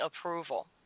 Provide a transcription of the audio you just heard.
approval